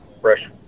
fresh